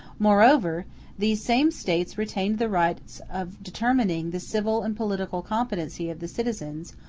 moreover these same states retained the rights of determining the civil and political competency of the citizens,